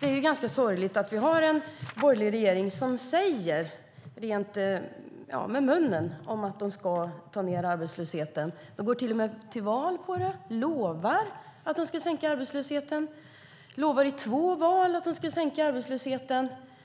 Det är ganska sorgligt. Vi har en borgerlig regering som med munnen säger att de ska minska arbetslösheten. De går till och med till val på det. De lovar att de ska sänka arbetslösheten. De lovar i två val att de ska sänka arbetslösheten.